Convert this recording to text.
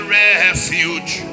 refuge